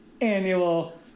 annual